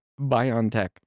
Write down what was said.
BioNTech